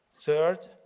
Third